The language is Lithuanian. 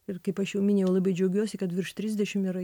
ir kaip aš jau minėjau labai džiaugiuosi kad virš trisdešim yra